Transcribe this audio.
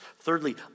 Thirdly